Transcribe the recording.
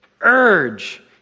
urge